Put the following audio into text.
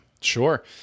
Sure